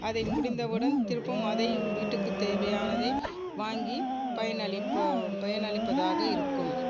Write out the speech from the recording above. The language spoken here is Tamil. அதை முடிந்தவுடன் திருப்பவும் அதை வீட்டுக்கு தேவையானதை வாங்கி பயனளிப்போ பயனளிப்பதாக இருக்கும்